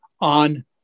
on